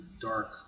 dark